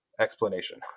explanation